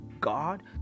God